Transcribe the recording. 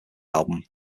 album